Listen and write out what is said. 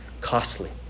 costly